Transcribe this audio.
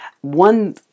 One